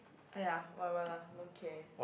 !aiya! what what lah don't care